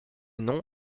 nom